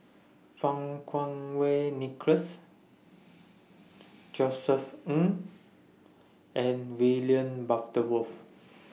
Fang Kuo Wei Nicholas Josef Ng and William Worth